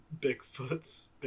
Bigfoot's